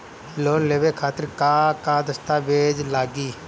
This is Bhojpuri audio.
लोन लेवे खातिर का का दस्तावेज लागी?